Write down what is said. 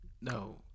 no